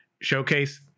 showcase